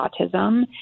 autism